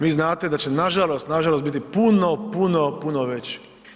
Vi znate da će nažalost, nažalost biti puno, puno, puno veći.